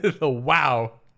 Wow